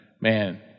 man